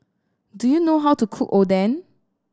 do you know how to cook Oden